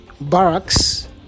barracks